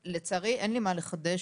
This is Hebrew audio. לצערי אין לי מה לחדש.